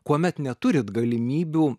kuomet neturit galimybių